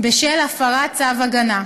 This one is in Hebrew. בשל הפרת צו הגנה.